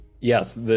Yes